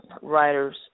writers